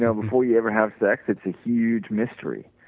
yeah before you ever have sex it's a huge mystery,